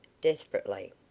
desperately